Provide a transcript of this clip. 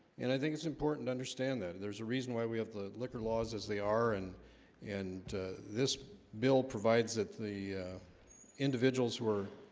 and i think it's important to understand that there's a reason why we have the liquor laws as they are and and this bill provides that the individuals who are